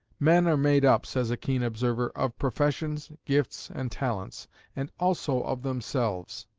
men are made up, says a keen observer, of professions, gifts, and talents and also of themselves.